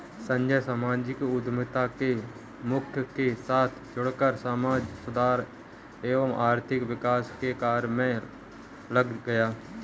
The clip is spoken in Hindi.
संजय सामाजिक उद्यमिता के प्रमुख के साथ जुड़कर समाज सुधार एवं आर्थिक विकास के कार्य मे लग गया